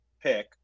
pick